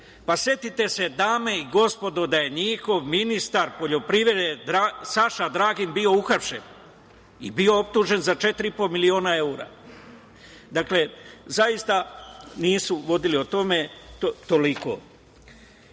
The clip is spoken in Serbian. se, dame i gospodo, da je njihov ministar poljoprivrede Saša Dragin bio uhapšen i bio optužen za 4,5 miliona evra. Dakle, zaista nisu vodili, o tome toliko. Što